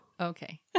Okay